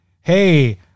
hey